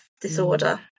disorder